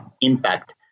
impact